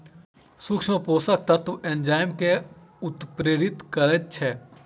सूक्ष्म पोषक तत्व एंजाइम के उत्प्रेरित करैत छै